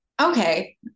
okay